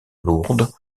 lourde